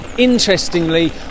Interestingly